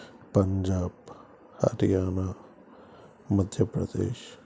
Punjab Haryana Madhya Pradesh